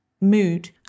mood